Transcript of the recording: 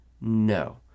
no